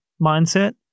mindset